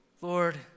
Lord